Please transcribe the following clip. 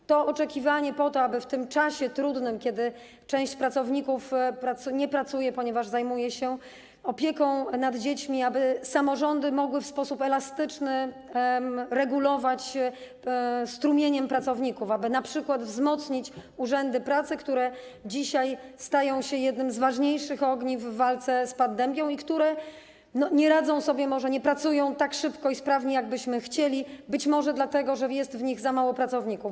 Jest oczekiwanie, aby w tym czasie trudnym, kiedy część pracowników nie pracuje, ponieważ zajmuje się opieką nad dziećmi, samorządy mogły w sposób elastyczny regulować strumień pracowników, np. wzmocnić urzędy pracy, które dzisiaj stają się jednym z ważniejszych ogniw w walce z pandemią i które nie radzą sobie może, nie pracują tak szybko i sprawnie, jak byśmy chcieli, być może dlatego, że jest w nich za mało pracowników.